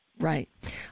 Right